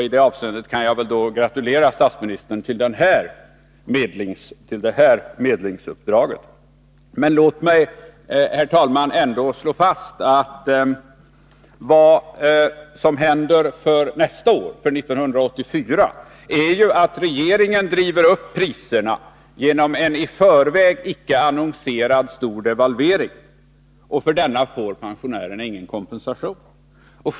I det avseendet kan jag gratulera statsministern till det här medlingsuppdraget. Låt mig ändå, herr talman, slå fast att vad som händer är att regeringen för nästa år driver upp priserna genom en i förväg icke annonserad stor devalvering. För denna får pensionärerna ingen kompensation.